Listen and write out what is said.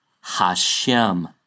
Hashem